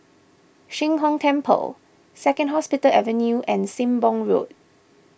Sheng Hong Temple Second Hospital Avenue and Sembong Road